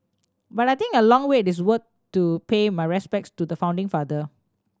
but I think a long wait is worth it to pay my respects to the founding father